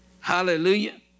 Hallelujah